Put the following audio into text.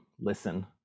listen